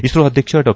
ಇಸ್ತೊ ಅಧ್ಯಕ್ಷ ಡಾ